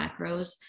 macros